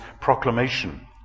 proclamation